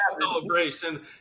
celebration